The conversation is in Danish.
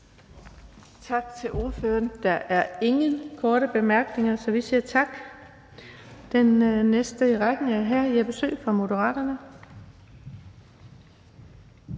Tak til ordføreren. Der er ingen korte bemærkninger, så vi siger tak. Den næste i rækken er hr. Jeppe Søe fra Moderaterne.